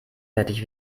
fertig